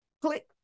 click